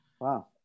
Wow